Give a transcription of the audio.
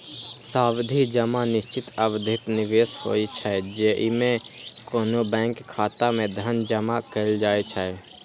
सावधि जमा निश्चित अवधिक निवेश होइ छै, जेइमे कोनो बैंक खाता मे धन जमा कैल जाइ छै